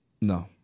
no